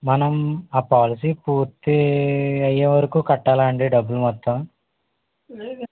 మనం ఆ పాలసీ పూర్తయ్యే వరకు కట్టాలా అండీ డబ్బులు మొత్తం